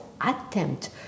attempt